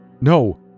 No